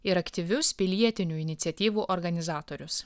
ir aktyvius pilietinių iniciatyvų organizatorius